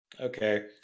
Okay